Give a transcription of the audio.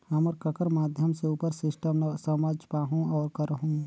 हम ककर माध्यम से उपर सिस्टम ला समझ पाहुं और करहूं?